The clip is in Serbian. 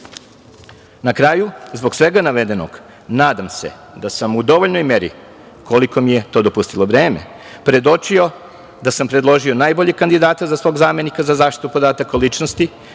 kraju, zbog svega navedenog, nadam se da sam u dovoljnoj meri, koliko mi je to dopustilo vreme, predočio da sam predložio najbolje kandidate za svog zamenika za zaštitu podataka o ličnosti